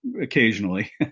occasionally